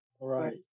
right